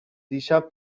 دیشب